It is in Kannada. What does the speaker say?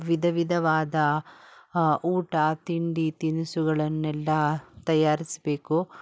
ವಿಧ ವಿಧವಾದ ಊಟ ತಿಂಡಿ ತಿನಿಸುಗಳನ್ನೆಲ್ಲ ತಯಾರಿಸ್ಬೇಕು